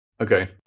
Okay